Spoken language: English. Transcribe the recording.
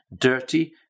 dirty